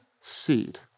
seed